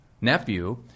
nephew